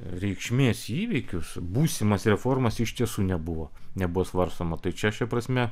reikšmės įvykius būsimas reformas iš tiesų nebuvo nebuvo svarstoma tai čia šia prasme